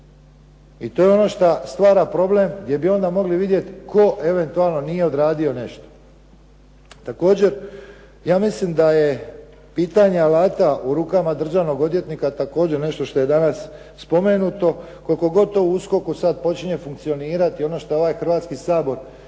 i to je ono što stvara problem gdje bi onda mogli vidjeti tko eventualni nije odradio nešto. Također, ja mislim da je pitanje alata u rukama državnog odvjetnika također nešto što je danas spomenuto koliko god to USKOK-u počinje funkcionirati i ono što je ovaj Hrvatski sabor dijelom,